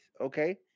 okay